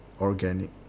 organic